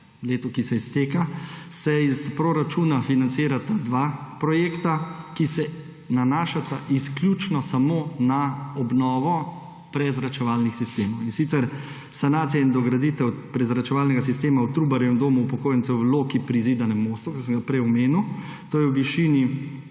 letu, ki se izteka, se iz proračuna financirata dva projekta, ki se nanašata izključno samo na obnovo prezračevalnih sistemov, in sicer sanacija in dograditev prezračevalnega sistema v Trubarjevem domu upokojencev v Loki pri Zidanem mostu, ki sem ga prej omenil, to je v višini